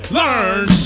learn